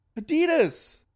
Adidas